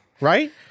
right